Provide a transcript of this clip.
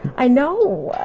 i know.